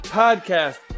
podcast